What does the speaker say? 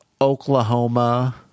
Oklahoma